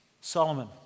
Solomon